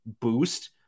boost